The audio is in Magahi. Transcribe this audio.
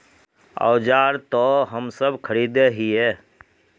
औजार तो हम सब खरीदे हीये?